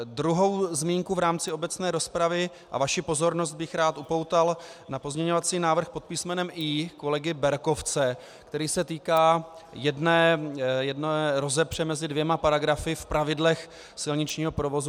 Druhou zmínku v rámci obecné rozpravy a vaši pozornost bych rád upoutal na pozměňovací návrh pod písmenem I kolegy Berkovce, který se týká jedné rozepře mezi dvěma paragrafy v pravidlech silničního provozu.